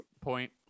point